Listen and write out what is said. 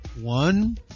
One